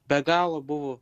be galo buvo